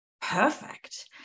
perfect